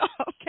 Okay